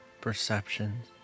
perceptions